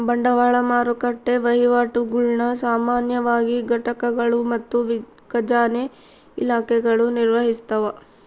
ಬಂಡವಾಳ ಮಾರುಕಟ್ಟೆ ವಹಿವಾಟುಗುಳ್ನ ಸಾಮಾನ್ಯವಾಗಿ ಘಟಕಗಳು ಮತ್ತು ಖಜಾನೆ ಇಲಾಖೆಗಳು ನಿರ್ವಹಿಸ್ತವ